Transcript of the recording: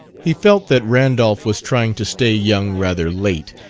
he felt that randolph was trying to stay young rather late,